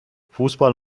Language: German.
fußball